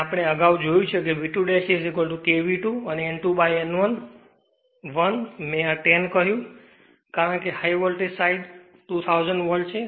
અને અગાઉ આપણે જોયું છે તે V2 k V2 અને N2 byN2 1 મેં આ 10 કહ્યું કારણ કે high voltage side voltage 2000 volt છે